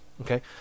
Okay